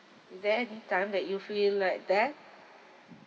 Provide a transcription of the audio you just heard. is there any time that you feel like death